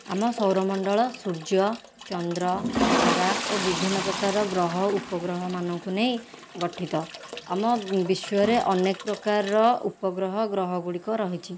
ଆମ ସୌରମଣ୍ଡଳ ସୂର୍ଯ୍ୟ ଚନ୍ଦ୍ର ତାରା ଓ ବିଭିନ୍ନ ପ୍ରକାରର ଗ୍ରହ ଉପଗ୍ରହମାନଙ୍କୁ ନେଇ ଗଠିତ ଆମ ବିଶ୍ୱରେ ଅନେକ ପ୍ରକାରର ଉପଗ୍ରହ ଗ୍ରହଗୁଡ଼ିକ ରହିଛି